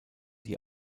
die